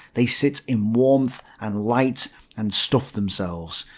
they sit in warmth and light and stuff themselves,